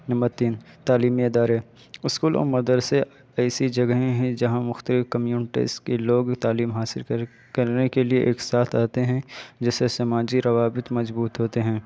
number تین تعلیمی ادارے اسکول اور مدرسے ایسی جگہیں ہیں جہاں مختلف کمیونٹز کے لوگ تعلیم کر کرنے کے لیے ایک ساتھ آتے ہیں جس سے سماجی روابط مضبوط ہوتے ہیں